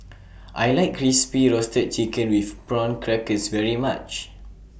I like Crispy Roasted Chicken with Prawn Crackers very much